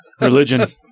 religion